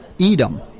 Edom